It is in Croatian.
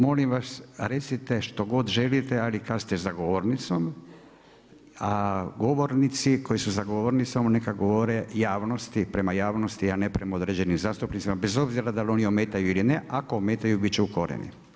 Molim vas recite što god želite ali kad ste za govornicom, govornici koji su za govornicom neka govore javnosti prema javnosti, a ne prema određenim zastupnicima bez obzira da li oni ometaju ili ne, ako ometaju bit će ukoreni.